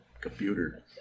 computer